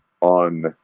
on